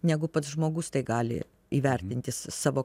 negu pats žmogus tai gali įvertinti savo